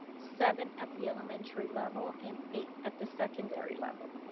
seven at the elementary level and eight at the secondary level,